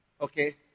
Okay